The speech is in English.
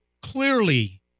Clearly